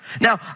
Now